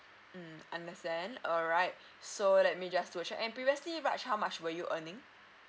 mm understand alright so let me just do a check and previously raj how much were you earning